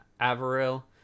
Averill